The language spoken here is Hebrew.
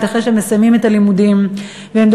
אחרי שהם מסיימים את הלימודים,